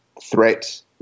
threat